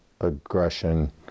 aggression